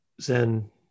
Zen